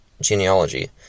genealogy